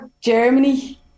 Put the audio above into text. Germany